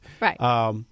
right